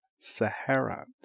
sahara